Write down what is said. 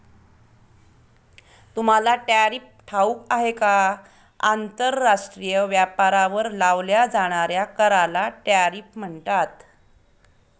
तुम्हाला टॅरिफ ठाऊक आहे का? आंतरराष्ट्रीय व्यापारावर लावल्या जाणाऱ्या कराला टॅरिफ म्हणतात